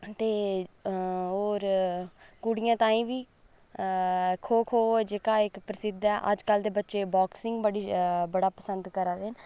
ते होर कुड़ियां ताईं बी खो खो ऐ जेह्का इक प्रसिद्ध ऐ अजकल दे बच्चे बाक्सिंग बड़ी बड़ा पसंद करै दे न